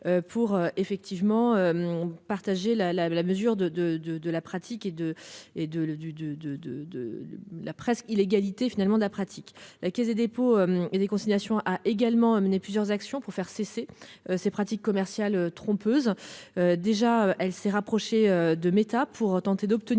pratique et de et de du de de de de la presqu'île égalité finalement de la pratique, la Caisse des dépôts et des consignations a également mené plusieurs actions pour faire cesser ces pratiques commerciales trompeuses. Déjà elle s'est rapprochée de Meta pour tenter d'obtenir